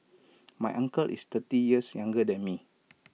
my uncle is thirty years younger than me